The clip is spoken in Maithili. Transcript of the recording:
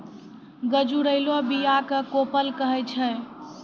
गजुरलो बीया क कोपल कहै छै